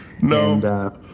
No